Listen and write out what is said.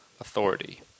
Authority